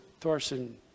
Thorson